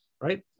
right